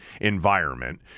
environment